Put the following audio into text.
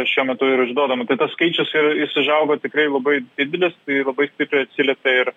šiuo metu yra išduodama tai tas skaičius jis išaugo tikrai labai didelis tai labai stipriai atsiliepė ir